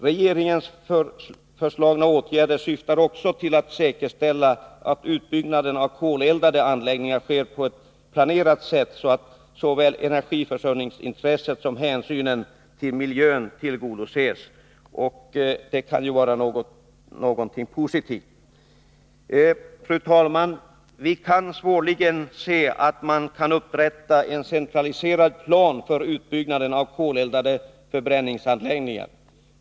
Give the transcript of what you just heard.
Regeringens föreslagna åtgärder syftar också till att säkerställa att utbyggnaden av koleldade anläggningar sker på ett planerat sätt, så att såväl energiförsörjningsintresset som hänsynen till miljön tillgodoses. Det kan ju vara någonting positivt. Fru talman! Vi kan svårligen se att man kan upprätta en centraliserad plan för utbyggnaden av koleldade förbränningsanläggningar.